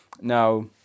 Now